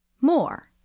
More